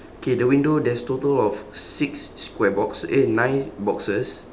okay the window there's total of six square box eh nine boxes